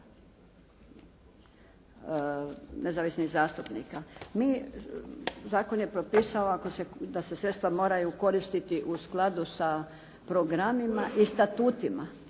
nezavisnih zastupnika. Mi, zakon je propisao da se sredstva moraju koristiti u skladu sa programima i statutima.